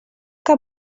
que